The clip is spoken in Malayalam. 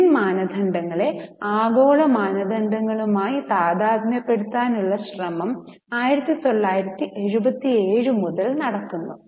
ഇന്ത്യൻ മാനദണ്ഡങ്ങളെ ആഗോള മാനദണ്ഡങ്ങളുമായി താദാത്മ്യപ്പെടുത്താൻ ഉള്ള ശ്രമം 1977 മുതൽ നടക്കുന്നു